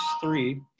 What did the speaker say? three